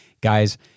Guys